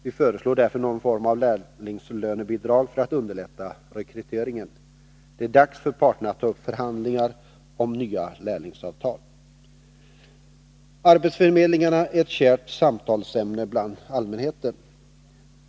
Vi föreslår därför någon form av lärlingslönebidrag, för att underlätta rekryteringen. Det är dags för parterna att ta upp förhandlingar om nya lärlingsavtal. Arbetsförmedlingen är ett kärt samtalsämne bland allmänheten.